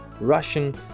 Russian